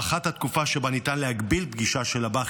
הארכת התקופה שבה ניתן להגביל פגישה של לב"ח